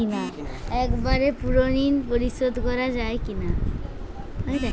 একবারে পুরো ঋণ পরিশোধ করা যায় কি না?